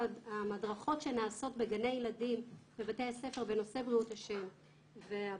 ההדרכות שנעשות בגני הילדים ובבתי הספר בנושא בריאות השן והבריאות,